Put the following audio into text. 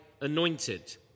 anointed